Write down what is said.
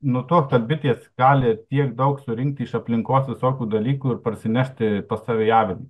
nutuokt kad bitės gali tiek daug surinkt iš aplinkos visokių dalykų ir parsinešti pas save į avilį